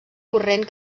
corrent